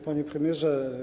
Panie Premierze!